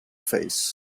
face